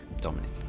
Dominic